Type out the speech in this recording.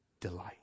delight